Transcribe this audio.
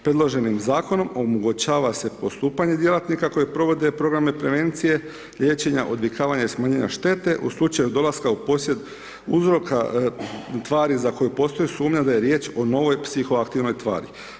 Predloženim zakonom, omogućava se postupanje djelatnika, koje provode programe prevencije liječenje, odvikavanje i smanjenja šteta, u slučaju dolaska u posjet uzroka tvari za koje postoje sumnja da je riječ o novoj psihoaktivne tvari.